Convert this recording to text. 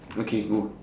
okay go